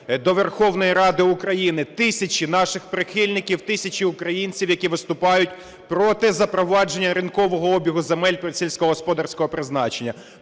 до Верховної Ради України тисячі наших прихильників, тисячі українців, які виступають проти запровадження ринкового обігу земель сільськогосподарського призначення,